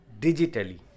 digitally